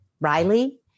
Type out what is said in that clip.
Riley